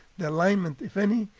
the alignment, if any,